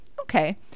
okay